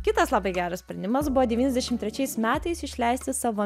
kitas labai geras sprendimas buvo devyniasdešimt trečiais metais išleisti savo